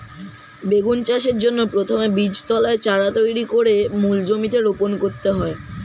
বেগুন চাষের জন্য প্রথমে বীজতলায় চারা তৈরি করে মূল জমিতে রোপণ করতে হয়